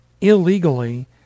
illegally